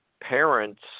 parents